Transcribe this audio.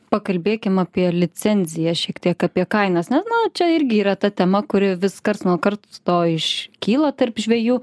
pakalbėkim apie licenzijas šiek tiek apie kainas nes na čia irgi yra ta tema kuri vis karts nuo karto iškyla tarp žvejų